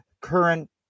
current